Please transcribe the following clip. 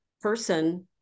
person